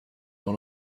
dans